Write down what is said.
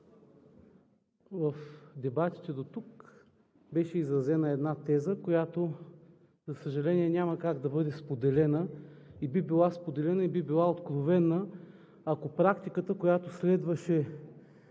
В дебатите дотук беше изразена една теза, която, за съжаление, няма как да бъде споделена. Тя би била споделена и би била откровена, ако практиката, която следваше